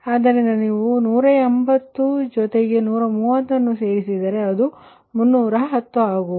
ಆದ್ದರಿಂದ ನೀವು 180 ಜೊತೆಗೆ 130 ಅನ್ನು ಸೇರಿಸಿದರೆ ಇದು 310 ಆಗುತ್ತದೆ